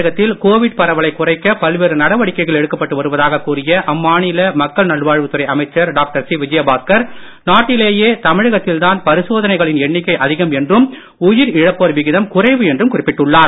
தமிழகத்தில் கோவிட் பரவலை குறைக்க பல்வேறு நடவடிக்கைகள் எடுக்கப்பட்டு வருவதாக கூறிய அம்மாநில மக்கள் நல்வாழ்வுத் துறை அமைச்சர் டாக்டர் சி விஜயபாஸ்கர் நாட்டிலேயே தமிழகத்தில் தான் பரிசோதனைகளின் எண்ணிக்கை அதிகம் என்றும் உயிரிழப்போர் விகிதம் குறைவு என்றும் குறிப்பிட்டுள்ளார்